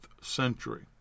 century